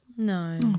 No